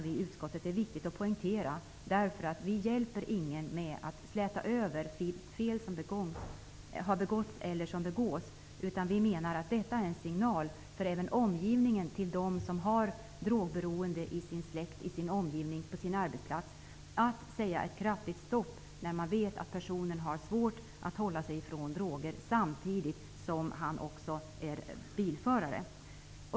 Vi hjälper nämligen ingen med att släta över fel som har begåtts eller som begås. Vi menar att detta är en signal även till omgivningen, till dem som har drogberoende i sin släkt, i sin omgivning eller på sin arbetsplats, att med kraft säga stopp när man vet att en person har svårt att hålla sig ifrån droger samtidigt som personen i fråga också är bilförare.